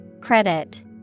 Credit